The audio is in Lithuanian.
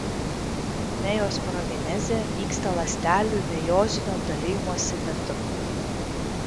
mejosporogenezė vyksta ląstelių mejozinio dalijimosi metu